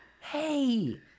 Hey